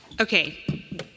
Okay